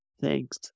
Thanks